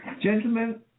Gentlemen